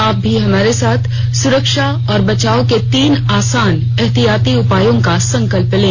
आप भी हमारे साथ सुरक्षा और बचाव के तीन आसान एहतियाती उपायों का संकल्प लें